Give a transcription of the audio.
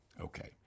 Okay